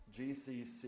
GCC